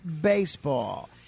Baseball